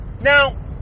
Now